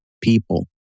people